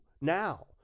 Now